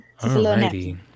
Alrighty